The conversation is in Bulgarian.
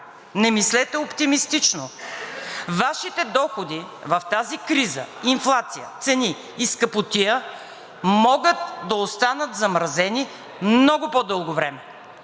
Не мислете оптимистично. Вашите доходи в тази криза, инфлация, цени и скъпотия могат да останат замразени много по-дълго време.